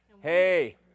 Hey